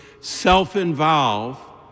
self-involve